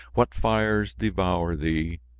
what fires devour thee?